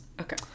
Okay